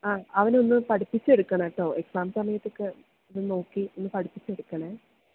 ആ അവനെയൊന്നു പഠിപ്പിച്ചെടുക്കണം കേട്ടോ എക്സാം സമയത്തൊക്കെയൊന്ന് നോക്കി ഒന്ന് പഠിപ്പിച്ചെടുക്കണം